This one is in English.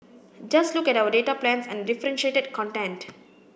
just look at our data plans and differentiated content